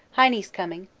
heine's coming.